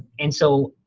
and so